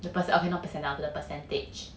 the percen~ not percentile the percentage